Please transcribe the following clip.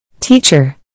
Teacher